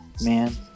man